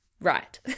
right